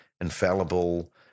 infallible